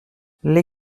les